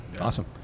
Awesome